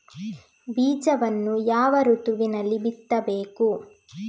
ಬೀಜವನ್ನು ಯಾವ ಋತುವಿನಲ್ಲಿ ಬಿತ್ತಬೇಕು?